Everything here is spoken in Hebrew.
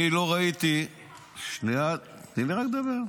אני לא ראיתי ------ שנייה, רק תני לי לדבר.